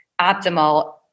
optimal